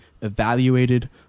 evaluated